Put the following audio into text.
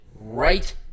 right